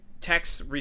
text